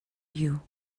you